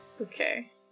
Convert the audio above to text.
Okay